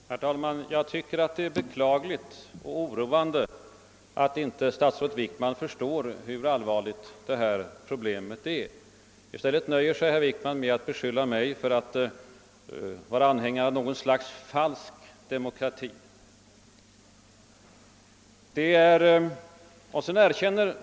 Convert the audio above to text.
Herr talman! Jag tycker att det är beklagligt och oroande att statsrådet Wickman inte förstår hur allvarligt problemet är. I stället nöjer sig herr Wickman med att beskylla mig för att vara an hängare av något slags falsk demokrati.